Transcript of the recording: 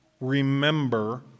Remember